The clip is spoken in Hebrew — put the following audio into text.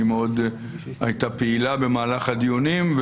שמאוד הייתה פעילה בתחילת הדיונים,